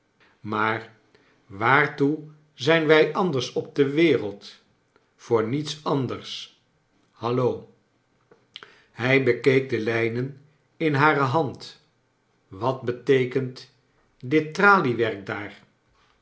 maar waartoe zijn wij anders op de wereld voor niets anders hallo i hij bekeek de lijnen in hare hand wat beteekent dit